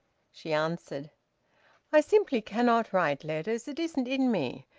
she answered i simply cannot write letters. it isn't in me.